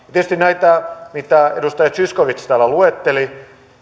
ja tietysti näitä mitä edustaja zyskowicz täällä luetteli